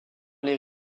les